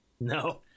No